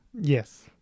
yes